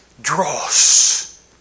dross